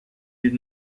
did